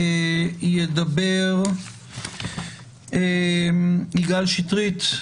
ידבר יגאל שטרית,